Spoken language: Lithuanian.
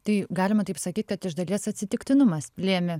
tai galima taip sakyt kad iš dalies atsitiktinumas lėmė